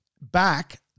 back